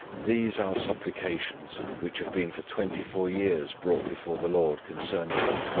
these our supplications, which have been for twenty four years brought before the lord concerning them,